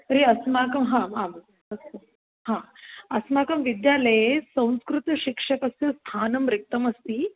तर्हि अस्माकं हा आम् अस्तु हा अस्माकं विद्यालये संस्कृतशिक्षकस्य स्थानं रिक्तम् अस्ति